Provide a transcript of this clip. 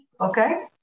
Okay